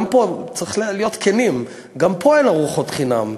צריך להיות כנים, גם פה אין ארוחות חינם.